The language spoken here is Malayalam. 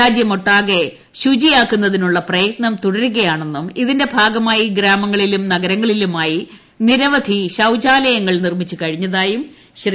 രാജൃമൊട്ടാകെ ശുചിയാക്കുന്നതിനുള്ള പ്രയത്നം തുടരുകയാണെന്നും ഇതിന്റെ ഭാഗമായി ഗ്രാമങ്ങളിലും നഗരങ്ങളിലുമായി നിരവധി ശൌചാലയങ്ങൾ നിർമ്മിച്ചു കഴിഞ്ഞതായും ശ്രീ